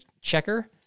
checker